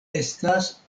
estas